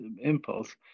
impulse